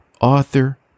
author